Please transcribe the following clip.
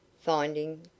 Finding